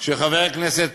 של חבר הכנסת